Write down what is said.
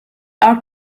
are